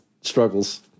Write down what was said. struggles